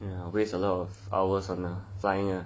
ya waste a lot of hours [one] lah flying lah